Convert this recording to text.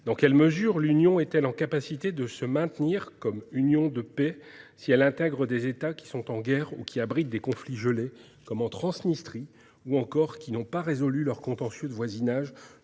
dans quelle mesure l'Union européenne est-elle capable de se maintenir comme union de paix si elle intègre des États qui sont en guerre, qui abritent des conflits gelés, comme en Transnistrie, ou qui n'ont pas résolu leurs contentieux de voisinage-